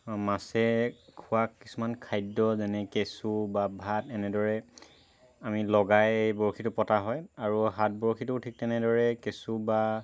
মাছে খোৱা কিছুমান খাদ্য যেনে কেচুঁ বা ভাত এনেদৰে আমি লগাই বৰশীটো পতা হয় আৰু হাত বৰশীটোও থিক তেনেদৰে কেচুঁ বা